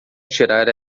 tirar